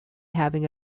having